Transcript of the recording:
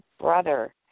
Brother